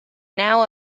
now